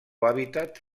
hàbitat